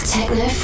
Techno